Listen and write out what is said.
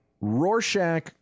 Rorschach